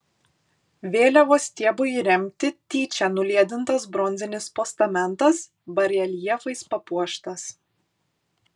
vėliavos stiebui įremti tyčia nuliedintas bronzinis postamentas bareljefais papuoštas